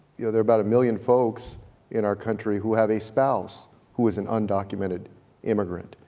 you know, there are about a million folks in our country who have a spouse who is an undocumented immigrant,